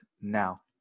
now